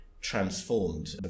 transformed